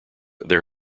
there